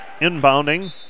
inbounding